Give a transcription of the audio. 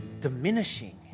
diminishing